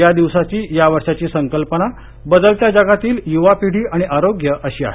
या दिवसाची यावर्षीची संकल्पना बदलत्या जगातील युवा पिढी आणि आरोग्य अशी आहे